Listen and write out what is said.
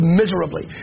miserably